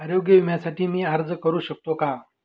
आरोग्य विम्यासाठी मी अर्ज करु शकतो का?